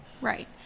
Right